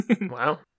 Wow